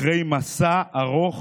אחרי מסע ארוך